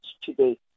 today